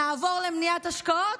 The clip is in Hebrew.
נעבור למניעת השקעות?